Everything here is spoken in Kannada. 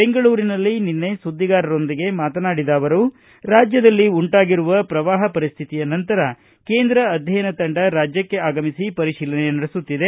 ಬೆಂಗಳೂರಿನಲ್ಲಿ ನಿನ್ನೆ ಸುದ್ದಿಗಾರರೊಂದಿಗೆ ಮಾತನಾಡಿದ ಅವರು ರಾಜ್ಯದಲ್ಲಿ ಉಂಟಾಗಿರುವ ಪ್ರವಾಹ ಪರಿಸ್ಟಿತಿಯ ನಂತರ ಕೇಂದ್ರ ಅಧ್ವಯನ ತಂಡ ರಾಜ್ಯಕ್ಷೆ ಆಗಮಿಸಿ ಪರಿಶೀಲನೆ ನಡೆಸುತ್ತಿದೆ